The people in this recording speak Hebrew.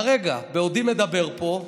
כרגע, בעודי מדבר פה,